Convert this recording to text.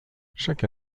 chaque